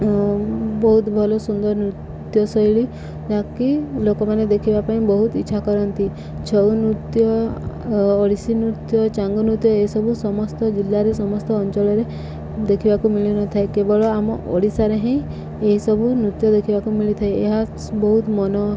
ବହୁତ ଭଲ ସୁନ୍ଦର ନୃତ୍ୟଶୈଳୀ ଯାହାକି ଲୋକମାନେ ଦେଖିବା ପାଇଁ ବହୁତ ଇଚ୍ଛା କରନ୍ତି ଛଉ ନୃତ୍ୟ ଓଡ଼ିଶୀ ନୃତ୍ୟ ଚାଙ୍ଗୁ ନୃତ୍ୟ ଏସବୁ ସମସ୍ତ ଜିଲ୍ଲାରେ ସମସ୍ତ ଅଞ୍ଚଳରେ ଦେଖିବାକୁ ମିଳିନଥାଏ କେବଳ ଆମ ଓଡ଼ିଶାରେ ହିଁ ଏହିସବୁ ନୃତ୍ୟ ଦେଖିବାକୁ ମିଳିଥାଏ ଏହା ବହୁତ ମନ